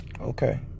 okay